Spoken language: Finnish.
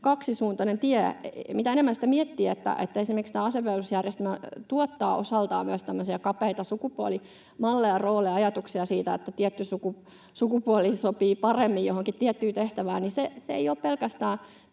kaksisuuntainen tie. Mitä enemmän sitä miettii, että esimerkiksi tämä asevelvollisuusjärjestelmä tuottaa osaltaan myös tämmöisiä kapeita sukupuolimalleja ja ‑rooleja ja ajatuksia siitä, että tietty sukupuoli sopii paremmin johonkin tiettyyn tehtävään, niin tämäkään kohta ei ole pelkästään